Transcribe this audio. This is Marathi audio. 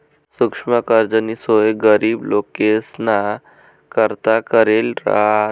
सुक्ष्म कर्जनी सोय गरीब लोकेसना करता करेल रहास